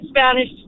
Spanish